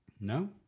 no